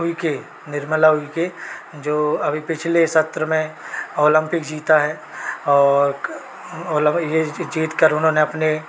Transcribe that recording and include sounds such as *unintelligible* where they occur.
उल्के निर्मला उल्के जो अभी पिछले सत्र में ओलम्पिक जीता है और *unintelligible* यह जीतकर उन्होंने अपने